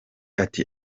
ati